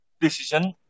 decision